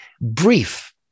brief